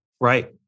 Right